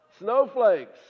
Snowflakes